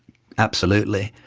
absolutely.